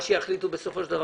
מה שיחליטו בסופו של דבר,